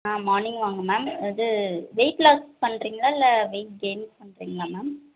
ஆ morning வாங்க ma'am இது weight loss பண்ணுறீங்களா இல்லை வெயிட் கெயின் பண்ணுறீங்களா மேம்